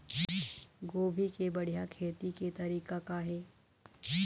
गोभी के बढ़िया खेती के तरीका का हे?